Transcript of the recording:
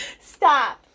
Stop